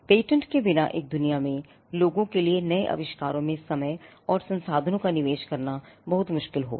patent के बिना एक दुनिया में लोगों के लिए नए आविष्कारों में समय और संसाधनों का निवेश करना बहुत मुश्किल होगा